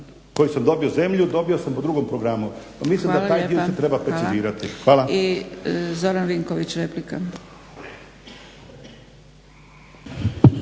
koji sam dobio zemlju dobio sam po drugom programa. Pa mislim da taj dio se treba precizirati. Hvala. **Zgrebec, Dragica